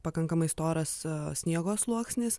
pakankamai storas sniego sluoksnis